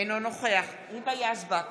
אינו נוכח היבה יזבק,